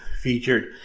featured